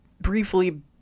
briefly